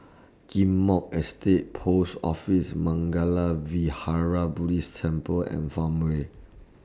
Ghim Moh Estate Post Office Mangala Vihara Buddhist Temple and Farmway